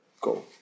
Go